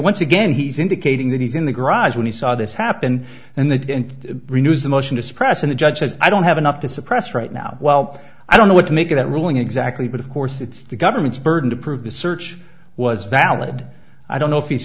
once again he's indicating that he's in the garage when he saw this happen and they didn't renew the motion to suppress and the judge says i don't have enough to suppress right now well i don't know what to make of that ruling exactly but of course it's the government's burden to prove the search was valid i don't know if he's